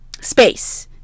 space